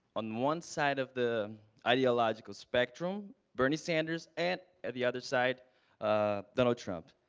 on one side of the ideological spectrum, bernie sanders and ah the other side donald trump.